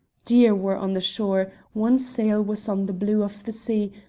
deer were on the shore, one sail was on the blue of the sea,